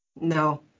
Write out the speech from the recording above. No